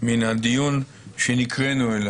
מן הדיון שנקראנו אליו.